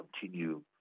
continue